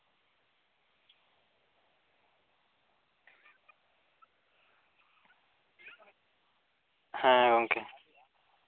ᱦᱮᱸ ᱜᱚᱝᱠᱮ